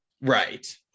right